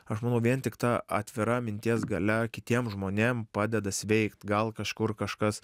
aš manau vien tik ta atvira minties galia kitiem žmonėm padeda sveikt gal kažkur kažkas